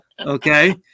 okay